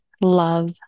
love